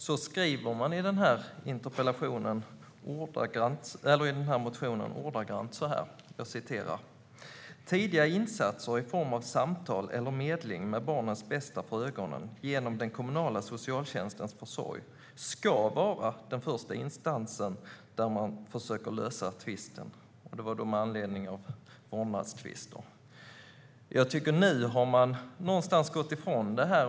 Man skriver i motionen: "Tidiga insatser i form av samtal eller medling med barnens bästa för ögonen genom den kommunala socialtjänstens försorg ska vara den första instans där man försöker lösa tvisten." Det var alltså med anledning av vårdnadstvister. Jag tycker att man nu någonstans har gått ifrån det här.